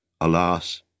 Alas